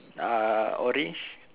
uh orange